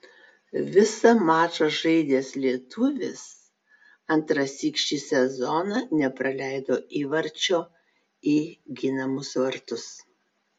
visą mačą žaidęs lietuvis antrąsyk šį sezoną nepraleido įvarčio į ginamus vartus